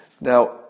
Now